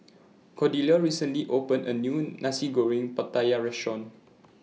Cordelia recently opened A New Nasi Goreng Pattaya Restaurant